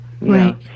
Right